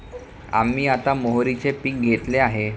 आम्ही आता मोहरीचे पीक घेतले आहे